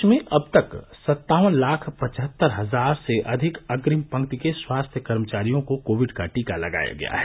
देश में अब तक सत्तावन लाख पचहत्तर हजार से अधिक अग्रिम पंक्ति के स्वास्थ्य कर्मचारियों को कोविड का टीका लगाया गया है